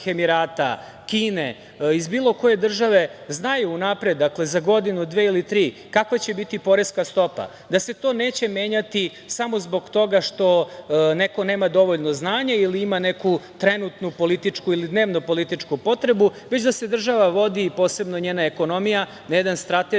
Emirata, Kine, iz bilo koje države, znaju unapred, za godinu dve ili tri, kakva će biti poreska stopa, da se to neće menjati samo zbog toga što neko nema dovoljno znanja ili ima neku trenutnu političku ili dnevnopolitičku potrebu, već da se država vodi, posebno njena ekonomija, na jedan strateški,